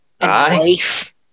life